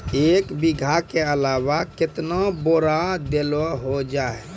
एक बीघा के अलावा केतना बोरान देलो हो जाए?